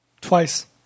Twice